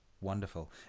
Wonderful